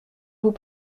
vous